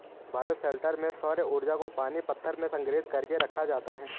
bioshelter में सौर्य ऊर्जा को पानी पत्थर में संग्रहित कर के रखा जाता है